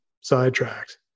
sidetracked